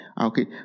Okay